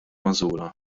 magħżula